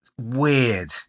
weird